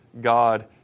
God